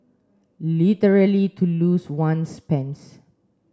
literally to lose one's pants